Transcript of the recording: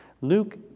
Luke